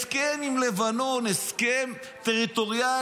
הסכם עם לבנון, הסכם טריטוריאלי,